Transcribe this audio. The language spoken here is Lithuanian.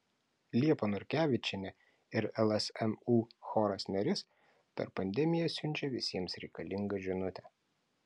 liepa norkevičienė ir lsmu choras neris per pandemiją siunčia visiems reikalingą žinutę